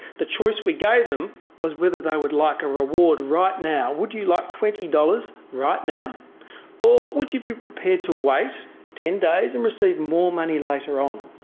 the choice we gave them was whether they would like a reward right now, would you like twenty dollars right now or would you be prepared to wait ten days and receive more money later on?